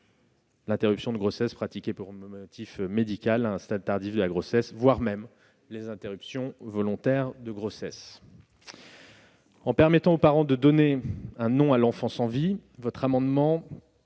interruptions de grossesse pratiquées pour motif médical à un stade tardif de la grossesse, voire aux interruptions volontaires de grossesse. En permettant aux parents de donner un nom à l'enfant sans vie, votre amendement